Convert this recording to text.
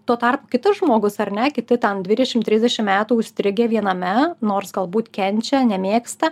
tuo tarpu kitas žmogus ar ne kiti tem dvidešimt trisdešimt metų užstrigę viename nors galbūt kenčia nemėgsta